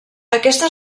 aquesta